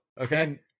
Okay